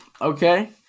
okay